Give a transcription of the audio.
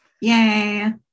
Yay